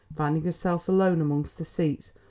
finding herself alone among the seats,